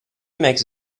makes